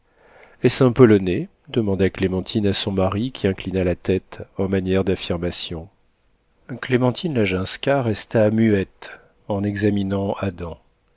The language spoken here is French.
est-ce un polonais demanda clémentine à son mari qui inclina la tête en manière d'affirmation clémentine laginska resta muette en examinant adam